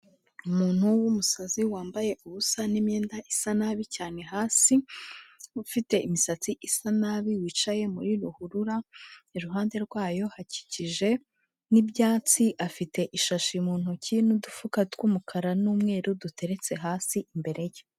Umuntu w'umusazi wambaye ubusa n'imyenda isa nabi cyane hasi, ufite imisatsi isa nabi wicaye muri ruhurura, iruhande rwayo hakikije n'ibyatsi afite ishashi mu ntoki n'udufuka tw'umukara n'umweru duteretse hasi imbere ye.